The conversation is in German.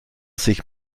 sich